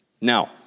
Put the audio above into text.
Now